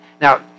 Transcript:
Now